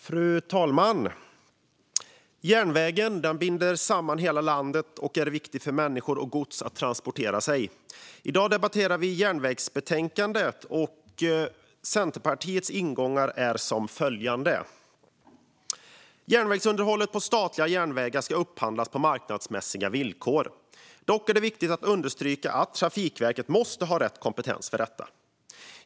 Fru talman! Järnvägen binder samman hela landet och är viktig för transport av människor och gods.I dag debatterar vi järnvägsbetänkandet, och Centerpartiets ingångar är följande. Järnvägsunderhåll av statliga järnvägar ska upphandlas på marknadsmässiga villkor. Dock är det viktigt att understryka att Trafikverket måste ha rätt kompetens för detta.